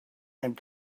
and